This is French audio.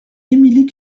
émilie